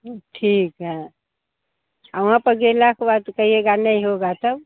ठीक है आ वहाँ पर गइला के बाद कहिएगा नहीं होगा तब